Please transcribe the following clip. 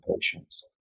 patients